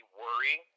worry